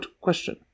question